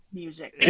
music